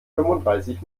fünfunddreißig